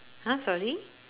!huh! sorry